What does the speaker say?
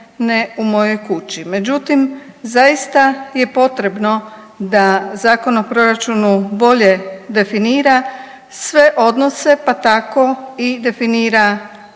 ne u mojoj kući. Međutim, zaista je potrebno da Zakon o proračunu bolje definira sve odnose, pa tako i definira po